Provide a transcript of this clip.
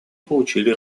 получили